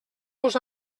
los